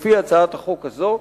לפי הצעת החוק הזאת,